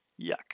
Yuck